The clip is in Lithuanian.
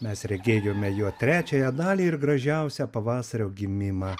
mes regėjome jo trečiąją dalį ir gražiausią pavasario gimimą